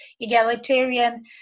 egalitarian